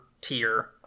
tier